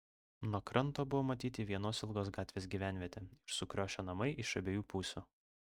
nuo kranto buvo matyti vienos ilgos gatvės gyvenvietė ir sukriošę namai iš abiejų pusių